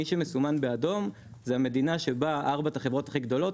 מי שמסומן באדום זו המדינה שבה ארבעת החברות הכי גדולות,